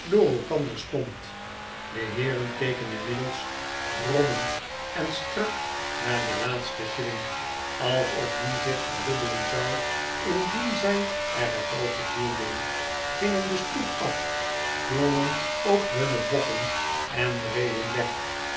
door elkander stond de heeren keken inmiddels grommend en strak naar den laatsten shilling alsof die zich verdubbelen zou indien zy er het oog op hielden gingen de stoep af klommen op hunne bokken en reden weg